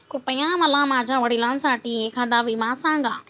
कृपया मला माझ्या वडिलांसाठी एखादा विमा सांगा